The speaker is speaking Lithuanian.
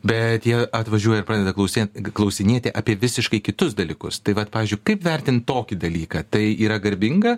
bet jie atvažiuoja ir pradeda klausinėt klausinėti apie visiškai kitus dalykus tai vat pavyzdžiui kaip vertint tokį dalyką tai yra garbinga